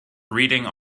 reading